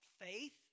faith